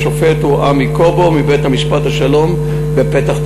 השופט הוא עמי קובו מבית-משפט השלום בפתח-תקווה.